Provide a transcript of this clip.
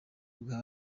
bwa